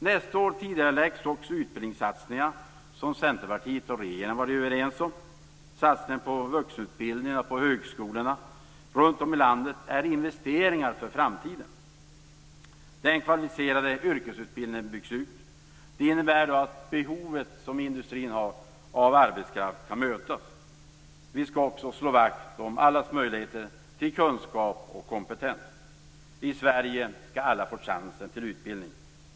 Nästa år tidigareläggs också utbildningssatsningar som Centerpartiet och regeringen har varit överens om. Satsningen på vuxenutbildningen och på högskolorna runt om i landet är investeringar för framtiden. Den kvalificerade yrkesutbildningen byggs ut. Det innebär att industrins behov av arbetskraft kan mötas. Vi skall också slå vakt om allas möjligheter till kunskap och kompetens. I Sverige skall alla få chansen till utbildning.